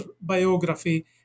biography